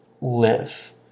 live